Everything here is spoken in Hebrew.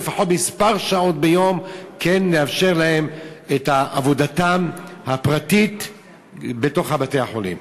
לפחות שעות מספר ביום כן לאפשר להם את עבודתם הפרטית בתוך בתי-החולים.